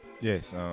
Yes